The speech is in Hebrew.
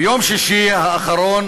ביום שישי האחרון